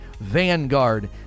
Vanguard